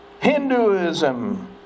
Hinduism